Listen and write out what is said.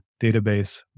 database